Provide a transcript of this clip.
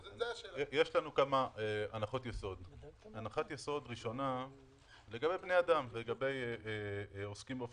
אין כסף בחסכונות האלה או שיש מעט